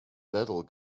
little